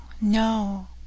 no